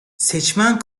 seçmen